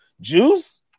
Juice